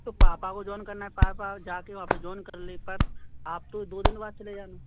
तो पापा को ज्वाइन करना है पापा जा कर वहाँ पर जॉन कर लें पर आप तो दो दिन बाद चले जाना